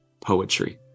poetry